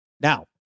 Now